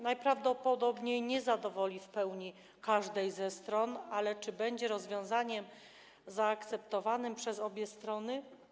Najprawdopodobniej nie zadowoli w pełni żadnej ze stron, ale czy będzie rozwiązaniem zaakceptowanym przez obie strony?